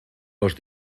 los